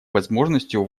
возможностью